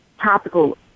topical